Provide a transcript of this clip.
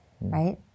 right